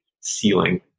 ceiling